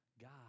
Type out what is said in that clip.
God